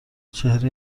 چهره